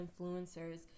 influencers